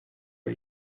are